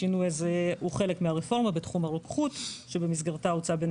השינוי הזה הוא חלק מהרפורמה בתחום הרוקחות שבמסגרתה הוצע בין